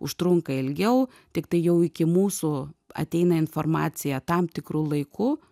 užtrunka ilgiau tiktai jau iki mūsų ateina informacija tam tikru laiku